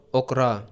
okra